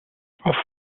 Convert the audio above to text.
auf